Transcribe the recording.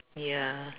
ya